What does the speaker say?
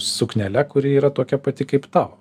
suknele kuri ir tokia pati kaip tavo